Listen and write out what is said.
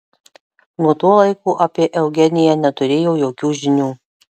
nuo to laiko apie eugeniją neturėjo jokių žinių